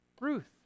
Ruth